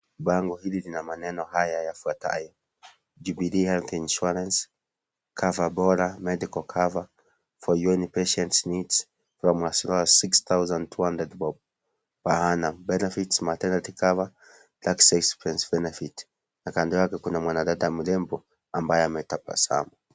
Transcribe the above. Bango hili lina maneno haya yafuatayo (cs)Jubilee Health Insurance Cover(cs) bora (cs)Medical cover for your inpatient needs from as low as 6200 bob per annum, benefits maternity cover, last expense benefit(cs) na kando yake kuna mwanadada mrembo ambaye ametabasamu.